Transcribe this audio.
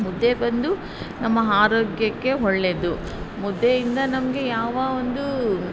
ಮುದ್ದೆ ಬಂದು ನಮ್ಮ ಆರೋಗ್ಯಕ್ಕೆ ಒಳ್ಳೇದು ಮುದ್ದೆಯಿಂದ ನಮಗೆ ಯಾವ ಒಂದು